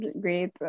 great